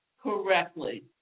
correctly